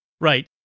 Right